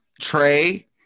Trey